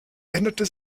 änderte